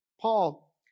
Paul